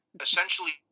essentially